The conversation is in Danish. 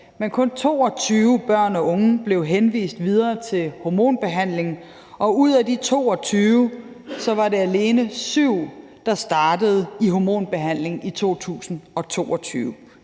men kun 22 børn og unge blev henvist videre til hormonbehandling, og ud af de 22 var det alene 7, der startede i hormonbehandling i 2022,